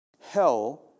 Hell